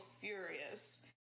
furious